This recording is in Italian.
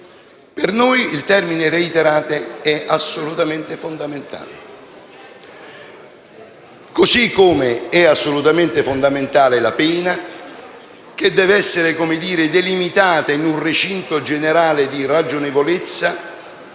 Per noi il termine «reiterate» è assolutamente fondamentale, come è assolutamente fondamentale la pena, che deve essere delimitata in un recinto generale di ragionevolezza,